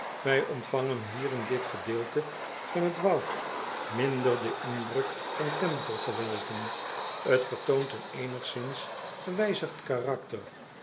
wij ontvangen hier in dit gedeelte van het woud minder den indruk van tempelgewelven t vertoont een eenigzins gewijzigd karakter